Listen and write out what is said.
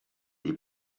die